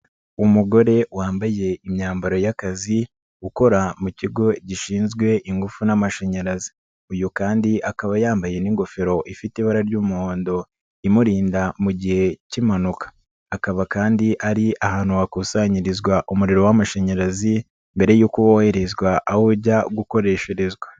Umugore wambaye imyambaro y'akazi ukora mu kigo gishinzwe ingufu n'amashanyarazi, uyu kandi akaba yambaye n'ingofero ifite ibara ry'umuhondo imurinda mu gihe cy'impanuka, akaba kandi ari ahantu hakusanyirizwa umuriro w'amashanyarazi mbere yuko woherezwa aho ujya gukoresherezwa.